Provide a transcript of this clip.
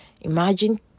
imagine